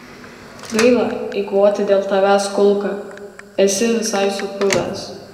gaila eikvoti dėl tavęs kulką esi visai supuvęs